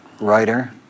writer